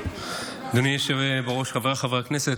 אדוני היושב בראש, חבריי חברי הכנסת,